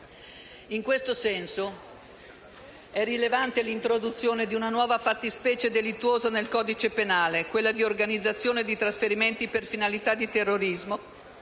In questo senso è rilevante l'introduzione di una nuova fattispecie delittuosa nel codice penale, quella di organizzazione di trasferimenti per finalità di terrorismo,